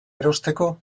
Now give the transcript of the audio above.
erosteko